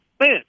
man